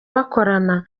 bakorana